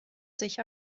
sich